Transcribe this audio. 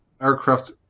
aircraft